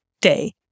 day